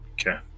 Okay